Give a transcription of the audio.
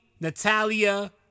Natalia